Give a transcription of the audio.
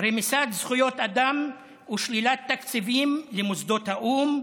רמיסת זכויות אדם ושלילת תקציבים למוסדות האו"ם,